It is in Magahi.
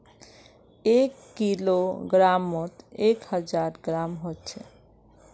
एक किलोग्रमोत एक हजार ग्राम होचे